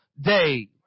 day